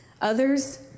Others